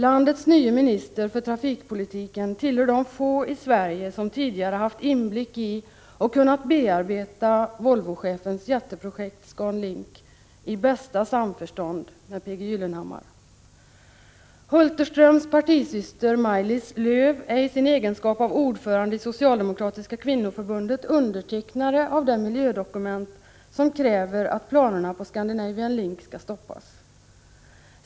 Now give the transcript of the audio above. Landets nye minister för trafikpolitiken tillhör de få i Sverige som tidigt haft inblick i och kunnat bearbeta Volvochefens jätteprojekt Scandinavian Link, i bästa samförstånd med P.G. Gyllenhammar. Hulterströms partisyster Maj-Lis Lööw är i sin egenskap av ordförande i Socialdemokratiska kvinnoförbundet undertecknare av det miljödokument som kräver att planerna på Scandinavian Link skall stoppas.